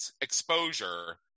exposure